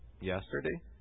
Yesterday